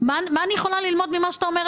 אני מבקש הסבר לסעיף